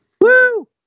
Woo